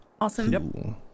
Awesome